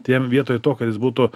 tiem vietoj to kad jis būtų